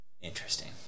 Interesting